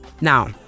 Now